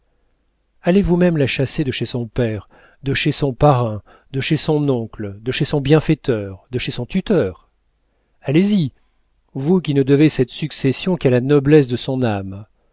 allez vous-mêmes la chasser de chez son père de chez son parrain de chez son oncle de chez son bienfaiteur de chez son tuteur allez-y vous qui ne devez cette succession qu'à la noblesse de son âme